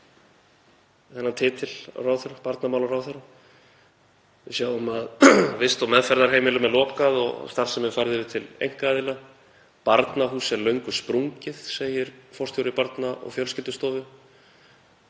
þennan titil barnamálaráðherra. Við sjáum að vist- og meðferðarheimilum er lokað og starfsemi er færð yfir til einkaaðila. Barnahús er löngu sprungið, segir forstjóri Barna- og fjölskyldustofu.